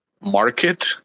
market